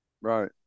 Right